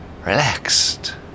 relaxed